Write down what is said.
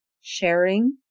sharing